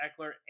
Eckler